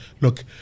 look